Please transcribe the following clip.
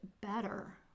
better